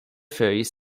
feuilles